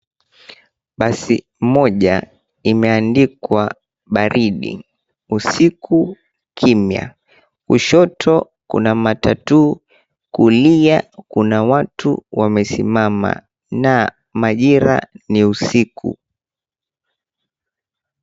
Basi moja imeandikwa baridi, usiku kimya, kushoto kuna matatu, kulia kuna watu wamesimama na majira ni ya usiku.